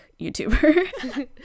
YouTuber